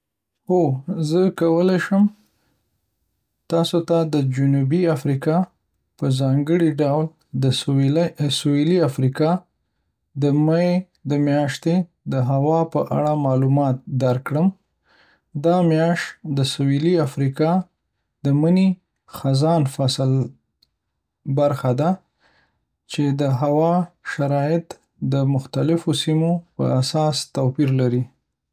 هو، زه کولی شم تاسو ته د جنوبي افریقا، په ځانګړي ډول د سویلي افریقا، د می میاشتې د هوا په اړه معلومات درکړم. دا میاشت د سویلي افریقا د منی خزان فصل برخه ده، چې د هوا شرایط یې د مختلفو سیمو په اساس توپیر لري